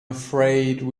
afraid